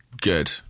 Good